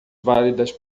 válidas